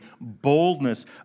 boldness